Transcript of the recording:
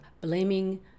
blaming